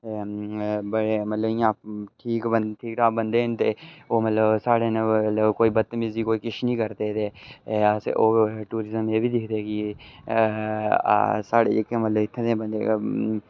बड़े मतलव इ'यां ठीक बंदे ठीक ठाक बंदे न ते ओह् साढ़े ने मतलव बतमिजी कोई किश नेईं करदे ते अस ओह् टूरिस्म एह् बी दिखदे कि साढ़े मतलव जेह्के इत्थें दे बंदे